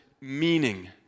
meaning